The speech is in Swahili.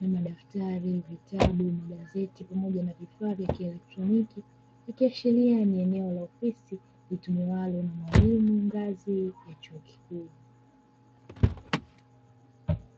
na madaftari, vitabu, magazeti pamoja na vifaa vya kieletroniki, ikiashiria ni eneo la ofisi litumiwalo na walimu ngazi ya chuo kikuu.